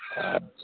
اچھا